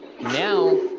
Now